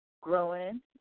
growing